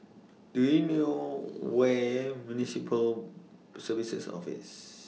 Do YOU know Where Municipal Services Office